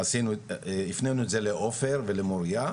הפנינו את זה לעופר ולמוריה.